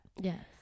Yes